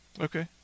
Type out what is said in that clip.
Okay